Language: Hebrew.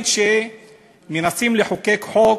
שב בבקשה.